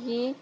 ही